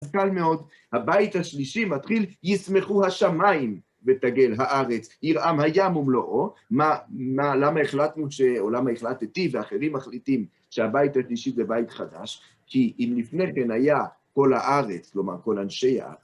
אז קל מאוד. הבית השלישי מתחיל, "ישמחו השמיים ותגל הארץ, ירעם הים ומלואו". מה, מה, למה החלטנו ש, או למה החלטתי ואחרים מחליטים שהבית השלישי זה בית חדש? כי אם לפני כן היה כל הארץ, כלומר כל אנשי הארץ,